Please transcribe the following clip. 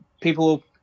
people